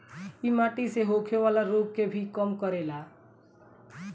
इ माटी से होखेवाला रोग के भी कम करेला